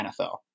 NFL